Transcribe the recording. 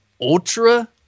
ultra